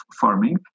farming